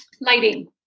Lighting